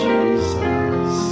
Jesus